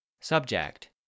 Subject